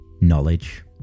knowledge